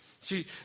See